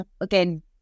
again